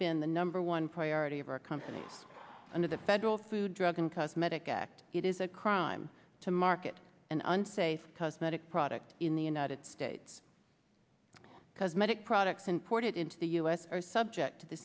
been the number one priority of our company under the federal food drug and cosmetic act it is a crime to market an unsafe cosmetic product in the united states cosmetic products imported into the u s are subject to the